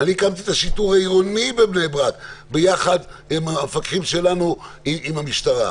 הקמתי את השיטור העירוני בבני ברק ביחד עם המפקחים שלנו עם המשטרה.